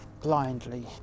blindly